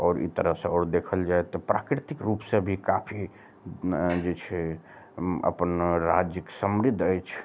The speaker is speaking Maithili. आओर ई तरह सऽ आओर देखल जाए तऽ प्राकृतिक रूप सऽ भी काफी जे छै अपन राज्य समृद्ध अछि